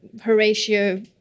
Horatio